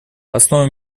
основой